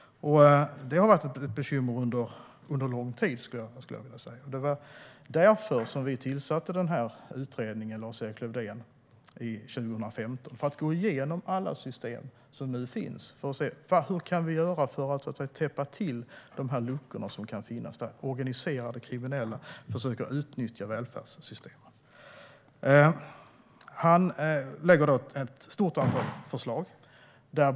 Det har varit ett bekymmer under lång tid, skulle jag vilja säga. Det var därför vi 2015 tillsatte utredningen under Lars-Erik Lövdén. Han skulle gå igenom alla system som nu finns för att se: Hur kan vi göra för att täppa till de luckor som kan finnas där organiserade kriminella försöker utnyttja välfärdssystemen? Han lägger fram ett stort antal förslag.